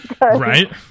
Right